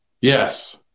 Yes